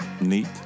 Neat